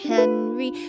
Henry